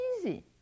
easy